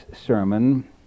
sermon